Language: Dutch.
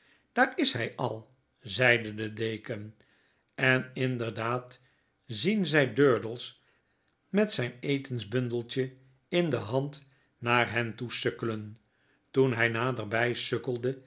daar is hy al zeide de deken en inderdaad zien zy durdels met zyn etensbnndeltje in de hand naar hen toe sukkelen toen tiy naderby sukkelde